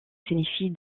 signifie